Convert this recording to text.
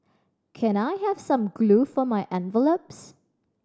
can I have some glue for my envelopes